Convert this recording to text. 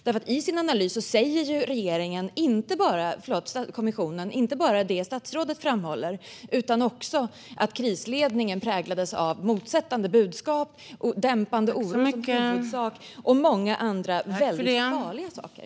Kommissionen säger i sin analys inte bara det statsrådet framhåller utan också att krisledningen präglades av motsättande budskap, dämpande av oro som huvudsak och många andra väldigt farliga saker.